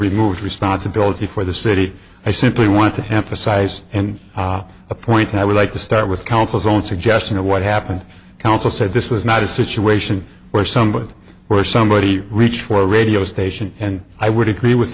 removed responsibility for the city i simply want to emphasize and a point i would like to start with council's own suggestion of what happened counsel said this was not a situation where somebody or somebody reached for a radio station and i would agree with